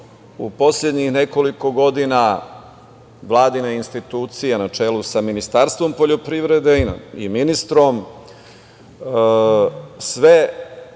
u poslednjih nekoliko godina Vladine institucije na čelu sa Ministarstvom poljoprivrede i ministrom sve